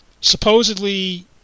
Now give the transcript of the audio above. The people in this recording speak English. Supposedly